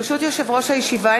ברשות יושב-ראש הישיבה,